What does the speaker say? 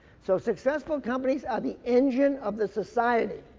so successful companies are the engine of the society.